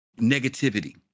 negativity